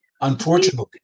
unfortunately